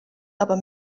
aber